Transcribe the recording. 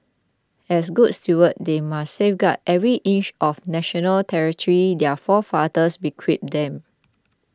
as good stewards they must safeguard every inch of national territory their forefathers bequeathed them